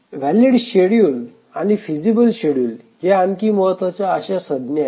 valid schedule आणि feasible schedule या आणखी महत्वाच्या अशा संज्ञा आहेत